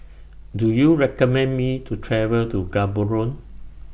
Do YOU recommend Me to travel to Gaborone